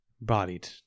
Bodied